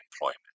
employment